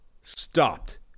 stopped